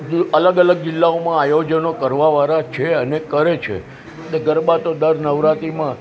અલગ અલગ જિલ્લામાં આયોજનો કરવાવાળાં છે અને કરે છે ને ગરબા તો દર નવરાત્રિમાં